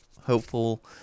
Hopeful